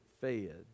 fed